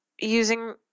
using